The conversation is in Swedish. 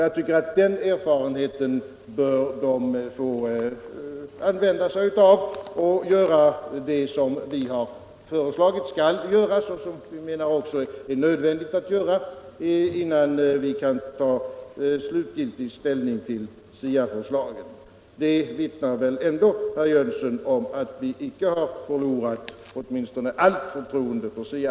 Jag tycker att utredningen bör få använda den erfarenheten och göra det som vi föreslagit och som vi anser vara helt nödvändigt att göra, innan vi kan ta slutgiltig ställning till SIA-förslagen. Det vittnar väl, herr Jönsson, ändå om att vi inte har förlorat allt förtroende för SIA.